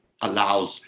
allows